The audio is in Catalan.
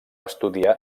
estudiar